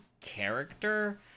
character